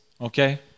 Okay